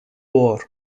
war